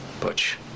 Butch